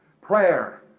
Prayer